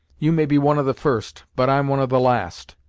you may be one of the first, but i'm one of the last.